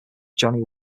johnny